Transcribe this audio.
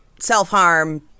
self-harm